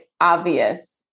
obvious